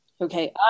Okay